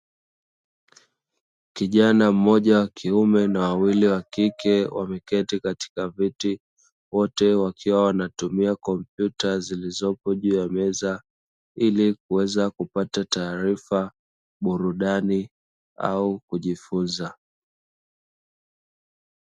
Kijana mmoja wakiume na wawili wakike wameketi katika viti, wote wakiwa wanatumia komputa zilizopo juu ya meza ilikuweza kupata taarifa, burudani au kujifunza.